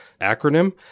acronym